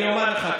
אני אומר לך,